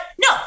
no